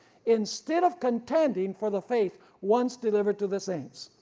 instead of contending for the faith once delivered to the saints.